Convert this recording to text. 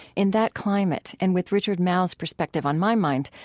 in that climate, and with richard mouw's perspective on my mind,